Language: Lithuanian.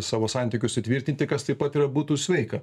savo santykius įtvirtinti kas tai pat ir būtų sveika